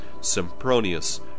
Sempronius